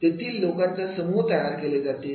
तेथील लोकांचा समूह तयार केले जातील